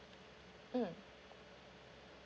mm